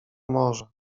może